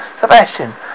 sebastian